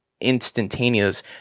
instantaneous